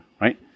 right